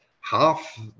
half